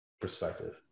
perspective